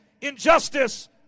Injustice